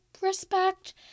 respect